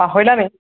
পাহোৰিলা নি